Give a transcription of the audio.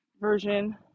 version